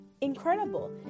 incredible